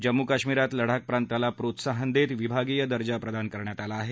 जम्मू काश्मिरात लडाख प्रांताला प्रोत्साहन देत विभागीय दर्जा प्रदान करण्यात आला आहे